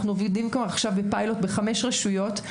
אנחנו עובדים עכשיו עם פיילוט בחמש רשויות,